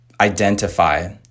identify